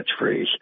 catchphrase